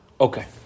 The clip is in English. Okay